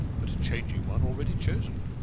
but changing one already chosen.